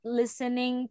listening